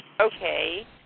Okay